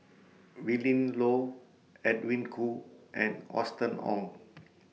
Willin Low Edwin Koo and Austen Ong